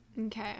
Okay